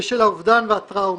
האובדן והטראומה.